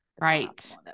Right